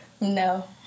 No